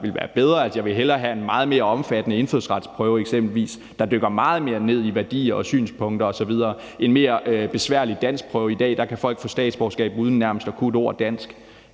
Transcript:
ville være bedre. Altså, jeg vil eksempelvis hellere have en meget mere omfattende indfødsretsprøve, der dykker meget mere ned i værdier og synspunkter osv., og en mere besværlig danskprøve – i dag kan folk få statsborgerskab uden nærmest at kunne et ord dansk.